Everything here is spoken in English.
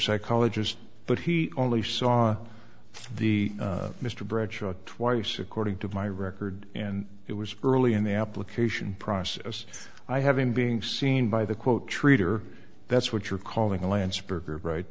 psychologist but he only saw the mr bradshaw twice according to my record and it was early in the application process i having being seen by the quote treater that's what you're calling landsberg right